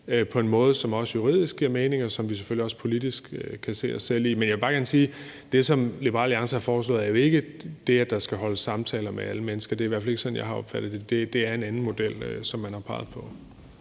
på en måde, som også juridisk giver mening, og som vi selvfølgelig også politisk kan se os selv i. Men jeg vil bare gerne sige, at det, som Liberal Alliance har foreslået, jo ikke er det, at der skal holdes samtaler med alle mennesker. Det er i hvert fald ikke sådan, jeg har opfattet det. Det er en anden model, som man har peget på.